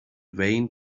vain